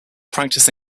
practice